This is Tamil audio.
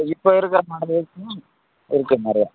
இப்போ இருக்கிற மாடல்லாம் காட்டடுமா இருக்குது நிறையா